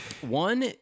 one